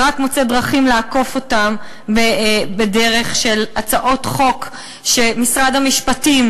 ורק מוצא דרכים לעקוף אותן בדרך של הצעות חוק שמשרד המשפטים